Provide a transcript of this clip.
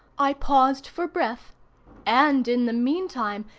i paused for breath and, in the meantime,